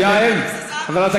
עמד פה שר התקשורת,